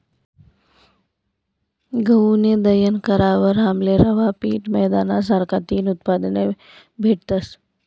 गऊनं दयन करावर आमले रवा, पीठ, मैदाना सारखा तीन उत्पादने भेटतस